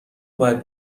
باید